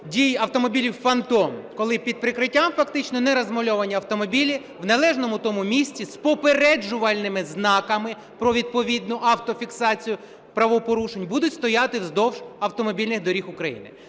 дій автомобілів "фантом", коли під прикриттям фактично, не розмальовані автомобілі, в належному тому місці з попереджувальними знаками про відповідну автофіксацію правопорушень будуть стояти вздовж автомобільних доріг України.